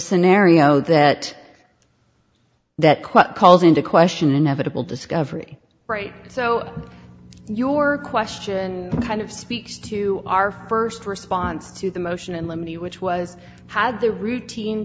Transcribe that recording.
scenario that that quote calls into question inevitable discovery right so your question kind of speaks to our st response to the motion in limine which was had the routine